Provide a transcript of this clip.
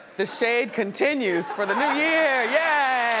the shade continues for the new year, yeah